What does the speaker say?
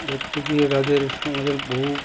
ধরতে গিয়ে তাদের আমাদের বহু